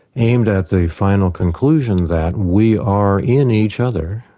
aimed at the final conclusion that we are in each other,